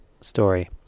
story